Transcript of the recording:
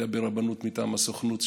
היה ברבנות מטעם הסוכנות,